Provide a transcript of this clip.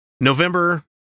November